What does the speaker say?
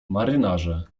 marynarze